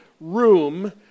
room